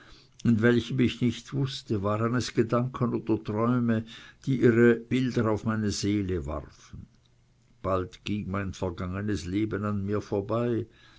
in welchem ich nicht wußte waren es gedanken oder träume die ihre bilder auf meine seele warfen bald ging mein vergangenes leben an mir vorbei